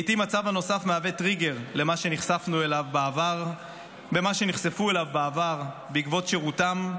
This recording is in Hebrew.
לעיתים הצו הנוסף מהווה טריגר למה שנחשפו אליו בעבר בעקבות שירותם,